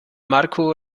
marco